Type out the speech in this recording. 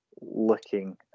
looking